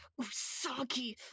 Usagi